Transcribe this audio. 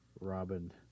Robin